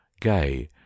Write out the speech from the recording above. gay